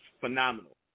Phenomenal